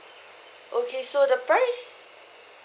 okay so the price